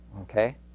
okay